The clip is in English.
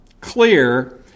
clear